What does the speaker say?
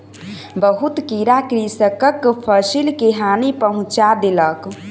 बहुत कीड़ा कृषकक फसिल के हानि पहुँचा देलक